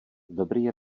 dobrý